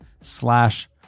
slash